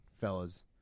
fellas